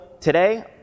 today